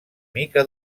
mica